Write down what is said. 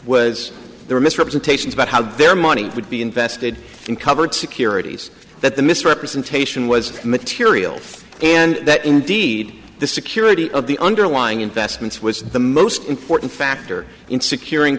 was their misrepresentations about how their money would be invested in covered securities that the misrepresentation was material and that indeed the security of the underlying investments was the most important factor in securing